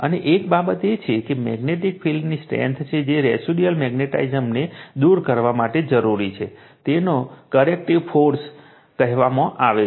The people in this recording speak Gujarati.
અને એક બાબત એ છે કે મેગ્નેટિક ફિલ્ડની સ્ટ્રેંથ છે જે રેસિડયુઅલ મૅગ્નેટાઝમને દૂર કરવા માટે જરૂરી છે તેને કરેક્ટિવ ફોર્સ કહેવામાં આવે છે